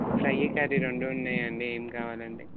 fry curry రెండు ఉన్నాయండి ఏమి కావాలి అండి